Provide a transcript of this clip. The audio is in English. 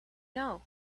know